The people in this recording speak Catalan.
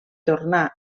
tornar